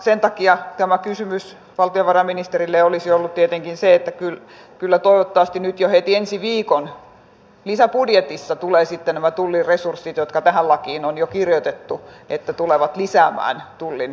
sen takia kysymys valtiovarainministerille olisi ollut tietenkin se että kai toivottavasti nyt jo heti ensi viikon lisäbudjetissa tulevat mukaan nämä tullin resurssit jotka tähän lakiin on jo kirjoitettu kun tullaan lisäämään tullin kustannuksia